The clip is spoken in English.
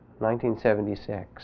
1976